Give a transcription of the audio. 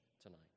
tonight